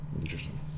Interesting